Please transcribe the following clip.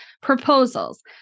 proposals